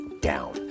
down